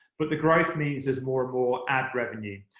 but the growth means there's more and more ad revenue.